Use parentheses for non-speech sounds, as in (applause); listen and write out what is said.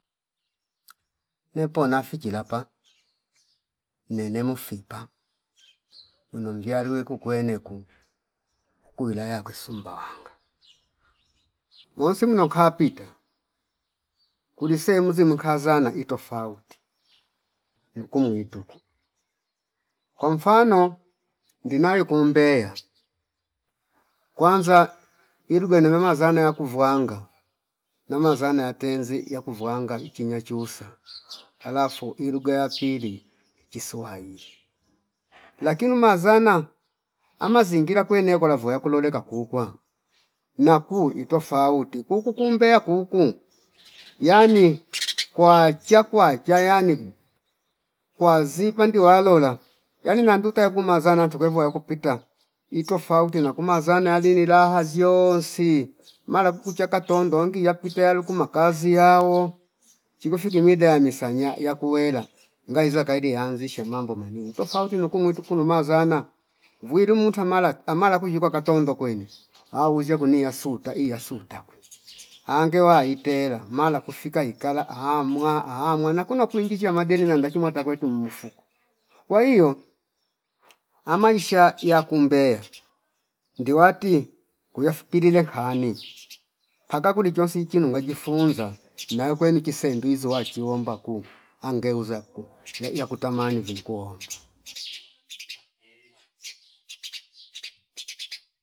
(noise) Nepo nafi chilapa nene mufipa (noise) wino mviya rieku kweneku kuwilaya akwe Sumbwanga wonsi mino kapita kuli semzi mukazana itofauti nuku mwituka kwa mfgano ndinayo kumbaya (noise) kwanza ilugha yene na mazana yakuvwanga na mazana yatenzi yakuvwanga ichina chusa alafgu (noise) ilugha ya pili ichi Swahili (noise) lakini umazana ama zingira kwene okalavuya kuloleka kuukwa na kuu itofauti kuuku kumbeya kuku yani (noise) kwacha kwacha yani kwazi pandi walola yani na nduta yakumazana ntu kwevo yakupita itofauti na kumazana yali ni raha ziyonsi mara kukucha katondo oingi yakwita yalukuma kazi yao chiku fike miede yani sanya yakuwela ngaiza kaeli yanzisha mambo mani tofauti nuku mwitu kunumazana vwilu munta malata amala kwizshukwa katondo kwene (noise) auzsha kwini yasuta iyasuta ange waiitela mala kufika ikala ahh mwaa ahh mwana kuna kuingishia madelre nanda chimwa takwe tuumfuko kwa hio amaisha yakumbeya (noise) ngiwati kuyafupilile kani mpaka kuli chonsi chino ngajifunza (noise) nayo kweni kise ndizwo wachiomba kuu angeuza kuu (noise) ya- yakutamani vinkuomba (noise)